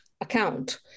account